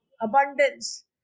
abundance